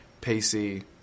pacey